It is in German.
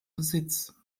besitz